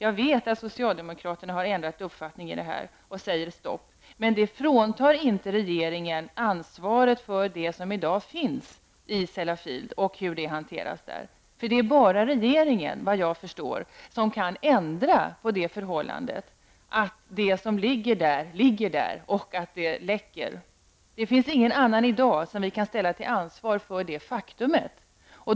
Jag vet att socialdemokraterna har ändrat uppfattning i den här frågan och säger stopp. Men det fråntar inte regeringen ansvar för det avfall som i dag finns i Sellafield och hur det hanteras. Det är bara regeringen, såvitt jag förstår, som kan ändra på det förhållandet att avfallet ligger där det ligger och läcker. Det finns i dag ingen annan som vi kan ställa till ansvar för detta faktum.